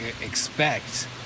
expect